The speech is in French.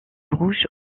rouge